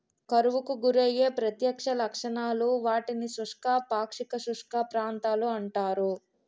కరువుకు గురయ్యే ప్రత్యక్ష లక్షణాలు, వాటిని శుష్క, పాక్షిక శుష్క ప్రాంతాలు అంటారు